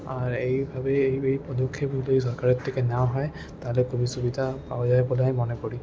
আর এইভাবে এই এই পদক্ষেপ যদি সরকারের থেকে নেওয়া হয় তাহলে খুবই সুবিধা পাওয়া যাবে বলে আমি মনে করি